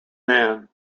man